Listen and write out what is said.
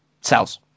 cells